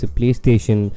PlayStation